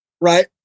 right